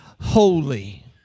holy